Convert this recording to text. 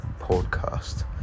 Podcast